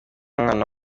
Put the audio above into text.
umwana